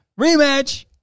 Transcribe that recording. Rematch